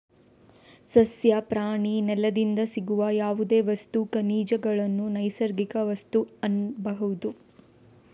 ಸಸ್ಯ, ಪ್ರಾಣಿ, ನೆಲದಿಂದ ಸಿಗುವ ಯಾವುದೇ ವಸ್ತು, ಖನಿಜಗಳನ್ನ ನೈಸರ್ಗಿಕ ವಸ್ತು ಅನ್ಬಹುದು